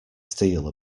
steel